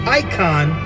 icon